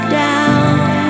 down